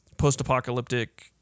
Post-apocalyptic